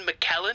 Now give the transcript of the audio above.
McKellen